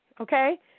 okay